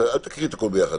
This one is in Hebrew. אל תקריא את הכול ביחד.